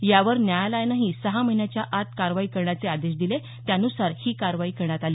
यावर न्यायालयानेही सहा महिन्याच्या आत कारवाई करण्याचे आदेश दिले त्यानुसार ही कारवाई करण्यात आली